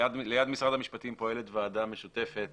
ליד משרד המשפטים פועלת ועדה משותפת